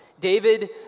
David